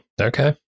okay